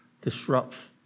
disrupts